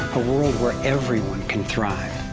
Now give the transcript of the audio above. a world where everyone can thrive.